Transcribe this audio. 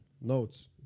notes